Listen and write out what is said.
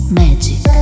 magic